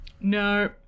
no